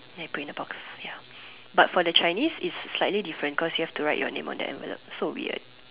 then put in the box but for the Chinese it's slightly different cause you have to write your name on the envelope so weird